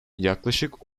yaklaşık